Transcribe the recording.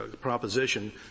proposition